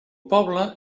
poble